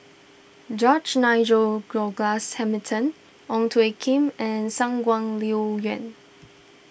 George Nigel Douglas Hamilton Ong Tjoe Kim and Shangguan Liuyun